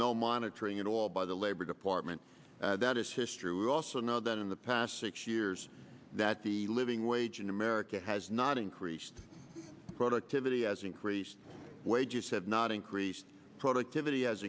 no monitoring it all by the labor department that is history we also know that in the past six years that the living wage in america has not increased productivity has increased wages have not increased productivity has